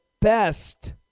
best